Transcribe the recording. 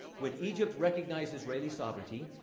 when egypt recognized israeli sovereignty,